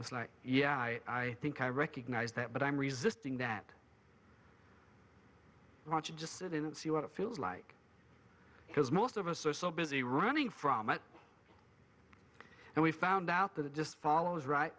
it's like yeah i think i recognize that but i'm resisting that roger just didn't see what it feels like because most of us are so busy running from it and we found out that it just follows right